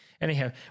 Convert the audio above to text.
Anyhow